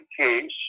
case